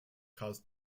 caused